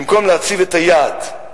במקום להציב את היעד,